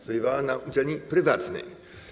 Studiowała na uczelni prywatnej.